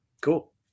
Cool